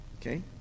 Okay